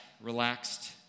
relaxed